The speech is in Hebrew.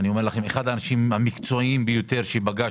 אני אומר לכם שהוא אחד האנשים המקצועיים ביותר שפגשתי,